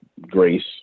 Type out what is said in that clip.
Grace